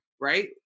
right